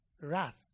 wrath